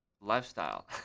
lifestyle